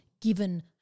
given